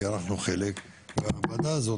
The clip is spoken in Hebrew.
כי אנחנו חלק מהוועדה הזו,